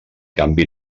canvi